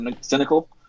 cynical